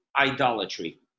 Idolatry